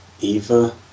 Eva